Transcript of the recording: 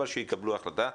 אבל שיקבלו החלטה.